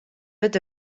wurdt